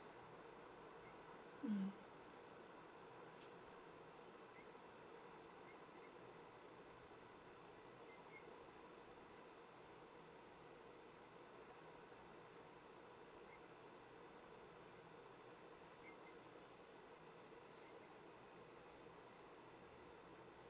mm